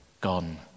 gone